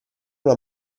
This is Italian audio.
una